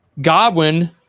Godwin